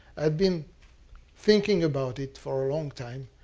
i've been thinking about it for a long time.